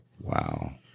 Wow